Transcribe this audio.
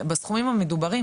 בסכומים המדוברים,